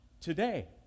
Today